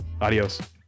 Adios